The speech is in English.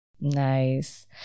Nice